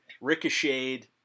ricocheted